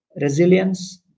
resilience